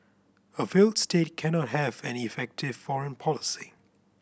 a failed state cannot have an effective foreign policy